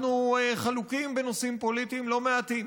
אנחנו חלוקים בנושאים פוליטיים לא מעטים,